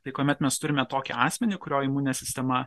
tai kuomet mes turime tokį asmenį kurio imuninė sistema